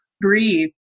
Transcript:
breathe